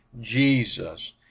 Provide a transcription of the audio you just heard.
Jesus